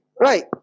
right